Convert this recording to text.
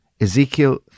ezekiel